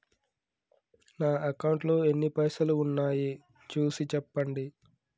నా అకౌంట్లో ఎన్ని పైసలు ఉన్నాయి చూసి చెప్పండి?